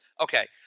okay